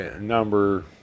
number